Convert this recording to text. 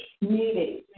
meeting